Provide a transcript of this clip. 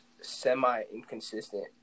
semi-inconsistent